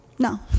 No